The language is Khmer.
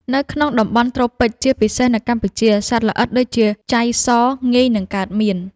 នៅក្នុងតំបន់ត្រូពិច ជាពិសេសនៅកម្ពុជា សត្វល្អិតដូចជា ចៃស ងាយនឹងកើតមាន។